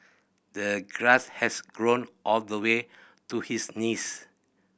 the grass has grown all the way to his knees